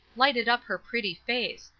lighted up her pretty face,